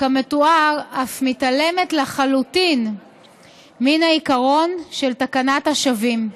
כמתואר אף מתעלמת לחלוטין מן העיקרון של תקנת השבים.